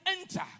enter